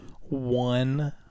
one